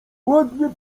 ładnie